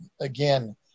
again